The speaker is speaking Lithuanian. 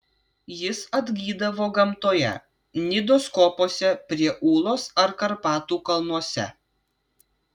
jis atgydavo gamtoje nidos kopose prie ūlos ar karpatų kalnuose